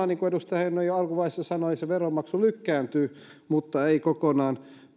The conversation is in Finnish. niin kuin edustaja heinonen jo alkuvaiheessa sanoi se veronmaksu lykkääntyy mutta ei kokonaan